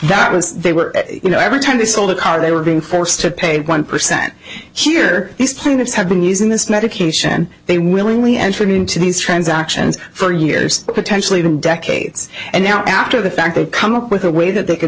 that and they were you know every time they sold a car they were being forced to pay one percent here these plaintiffs have been using this medication they willingly entered into these transactions for years potentially decades and now after the fact they come up with a way that they c